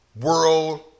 world